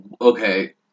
Okay